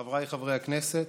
חבריי חברי הכנסת.